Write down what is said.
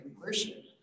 worship